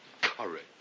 Courage